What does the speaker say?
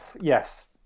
yes